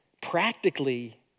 practically